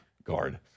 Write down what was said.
Guard